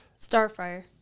Starfire